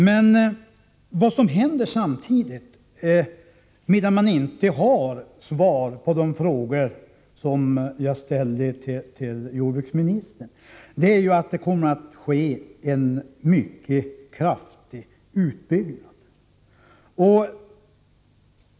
Men vad som händer samtidigt som man inte har svar på de frågor som jag ställer till jordbruksministern är att det kommer att ske en mycket kraftig utbyggnad.